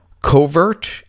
Covert